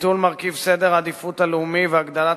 ביטול מרכיב סדר העדיפות הלאומי והגדלת